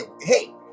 Hey